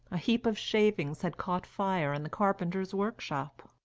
a heap of shavings had caught fire in the carpenter's workshop.